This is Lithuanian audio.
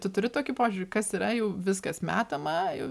tu turi tokį požiūrį kas yra jau viskas metama jau